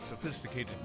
sophisticated